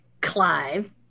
Clive